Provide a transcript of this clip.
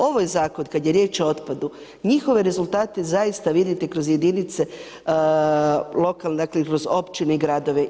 Ovo je zakon kad je riječ o otpadu njihove rezultate zaista vidite kroz jedinice lokalne, dakle kroz općine i gradove.